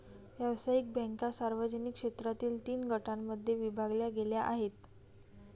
व्यावसायिक बँका सार्वजनिक क्षेत्रातील तीन गटांमध्ये विभागल्या गेल्या आहेत